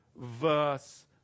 verse